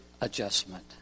adjustment